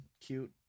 cute